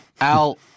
Al